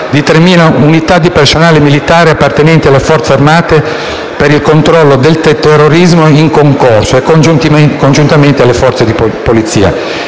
di 3.000 unità di personale militare appartenente alle Forze armate per il controllo del territorio in concorso e congiuntamente alle forze di polizia,